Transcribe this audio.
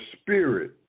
Spirit